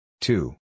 Two